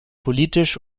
politisch